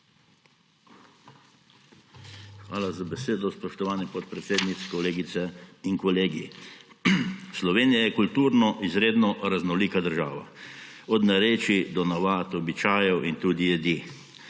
Hvala za besedo, spoštovani podpredsednik. Kolegice in kolegi! Slovenija je kulturno izredno raznolika država, od narečij do navad, običajev in tudi jedi.